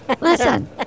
listen